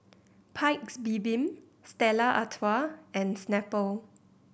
Paik's Bibim Stella Artois and Snapple